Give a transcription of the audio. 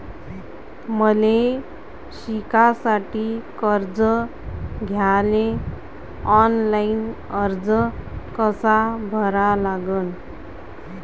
मले शिकासाठी कर्ज घ्याले ऑनलाईन अर्ज कसा भरा लागन?